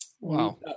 wow